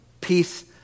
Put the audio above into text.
Peace